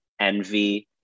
envy